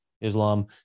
Islam –